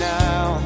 now